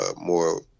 more